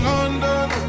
London